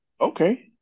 okay